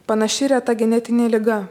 panaši reta genetinė liga